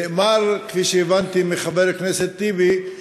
נאמר, כפי שהבנתי מחבר הכנסת טיבי,